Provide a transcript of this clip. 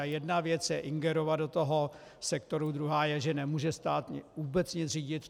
Jedna věc je ingerovat do toho sektoru, druhá je, že nemůže stát vůbec nic řídit.